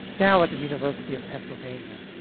now at the university of pennsylvania.